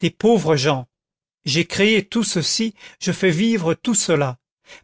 des pauvres gens j'ai créé tout ceci je fais vivre tout cela